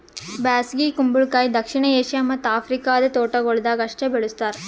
ಬ್ಯಾಸಗಿ ಕುಂಬಳಕಾಯಿ ದಕ್ಷಿಣ ಏಷ್ಯಾ ಮತ್ತ್ ಆಫ್ರಿಕಾದ ತೋಟಗೊಳ್ದಾಗ್ ಅಷ್ಟೆ ಬೆಳುಸ್ತಾರ್